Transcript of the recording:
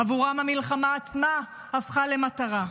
עבורם המלחמה עצמה הפכה למטרה.